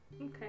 okay